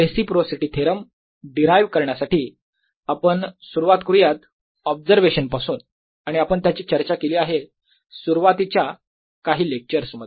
reciprocity theorem derive करण्यासाठी आपण सुरुवात करूयात ऑब्झर्वेशन पासून आणि आपण त्याची चर्चा केली आहे सुरुवातीच्या काही लेक्चर्स मध्ये